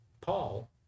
Paul